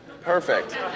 Perfect